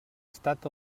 estat